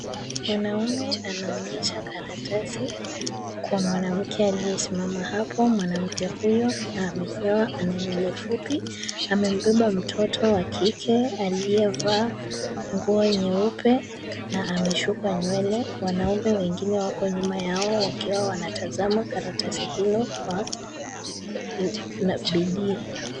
Mwanaume anaonyesha karatasi kwa mwanamke aliye simama hapo. Mwanamke huyo amemyoa na ana nywele fupi, amebeba mtoto wa kike aliye vaa nguo nyeupe na ameshukwa nywele. Wanaume wengine wako nyuma yao wakiwa wanatazama karatasi hilo kwa bidii.